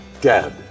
dead